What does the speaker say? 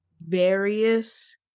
various